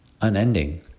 unending